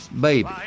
baby